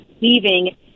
leaving